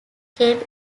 came